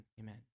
amen